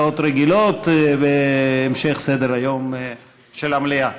הצעות רגילות והמשך סדר-היום של המליאה,